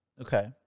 Okay